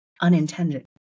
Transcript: unintended